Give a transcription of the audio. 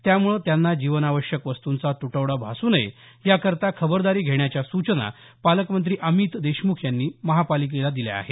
त्यामुळे त्यांना जीवनावश्यक वस्तुंचा तुटवडा भासू नये याकरिता खबरदारी घेण्याच्या सूचना पालकमंत्री अमित देशमुख यांनी महानगरपालिकेला दिल्या आहेत